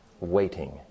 Waiting